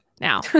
Now